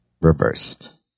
reversed